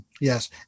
Yes